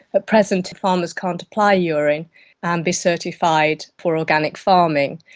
ah present farmers can't apply urine and be certified for organic farming.